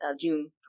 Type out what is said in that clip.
June